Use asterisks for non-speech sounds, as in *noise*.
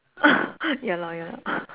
*breath* ya lor ya lor *breath*